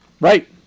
right